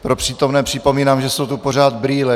Pro přítomné připomínám, že jsou tu pořád brýle.